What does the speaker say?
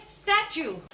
statue